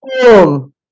Boom